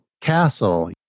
Castle